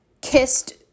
kissed